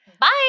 Bye